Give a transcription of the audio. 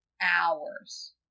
hours